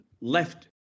left